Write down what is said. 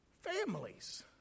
Families